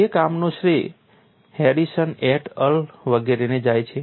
તે કામનો શ્રેય હેરિસન એટ અલ વગેરેને જાય છે